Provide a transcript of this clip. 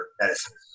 medicine